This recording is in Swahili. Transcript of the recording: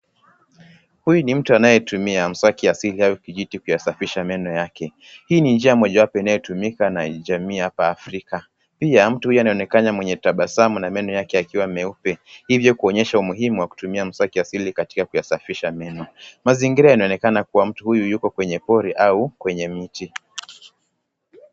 Huyu ni mtu anayetumia mswaki asili au kijiti kuyasafisha meno yake. Hii ni njia mojawapo inayotumika na jamii hapa Afrika. Pia mtu huyu anaonekana mwenye tabasamu na meno yake yakiwa meupe hivyo kuonyesha umuhimu wa kutumia mswaki asili katika kuyasafisha meno. Mazingira inaonekana kuwa mtu huyu yuko kwenye pori au kwenye miti.